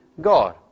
God